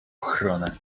ochronę